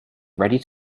ready